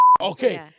Okay